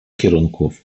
kierunków